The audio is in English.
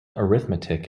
arithmetic